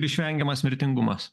išvengiamas mirtingumas